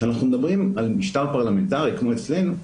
כשאנחנו מדברים על משטר פרלמנטרי כמו אצלנו,